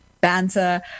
banter